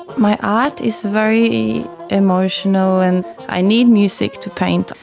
my art is very emotional and i need music to paint.